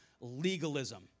legalism